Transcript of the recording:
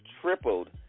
tripled